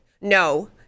No